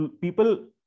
People